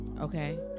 Okay